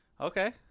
Okay